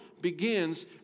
begins